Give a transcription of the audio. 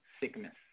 sickness